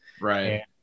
Right